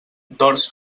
dors